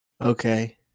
Okay